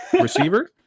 receiver